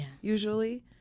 usually